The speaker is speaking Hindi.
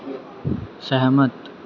सहमत